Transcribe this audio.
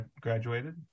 graduated